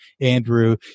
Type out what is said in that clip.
Andrew